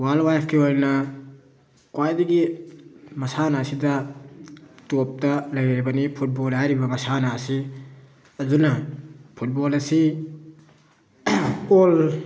world ꯋꯥꯏꯗꯀꯤ ꯑꯣꯏꯅ ꯈ꯭ꯋꯥꯏꯗꯒꯤ ꯃꯁꯥꯟꯅ ꯑꯁꯤꯗ ꯇꯣꯞꯇ ꯂꯩꯔꯤꯕꯅꯤ ꯐꯨꯠꯕꯣꯜ ꯍꯥꯏꯔꯤꯕ ꯃꯁꯥꯟꯅ ꯑꯁꯤ ꯑꯗꯨꯅ ꯐꯨꯠꯕꯣꯜ ꯑꯁꯤ ꯑꯣꯜ